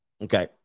Okay